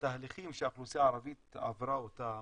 התהליכים שהאוכלוסייה הערבית עברה אותם,